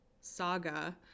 saga